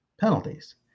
penalties